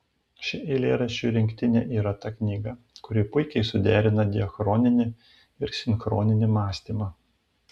ši eilėraščių rinktinė yra ta knyga kuri puikiai suderina diachroninį ir sinchroninį mąstymą